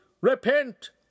repent